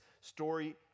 story